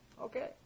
okay